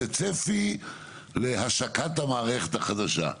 וצפי להשקת המערכת החדשה.